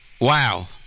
Wow